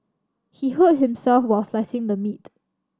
he hurt himself while slicing the meat